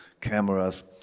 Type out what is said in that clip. Cameras